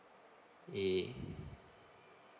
eh